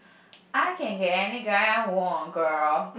I can get any guy I want girl